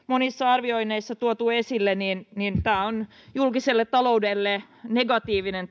monissa arvioinneissa tuotu esille niin niin tämä kilpailukykysopimusratkaisu on julkiselle taloudelle negatiivinen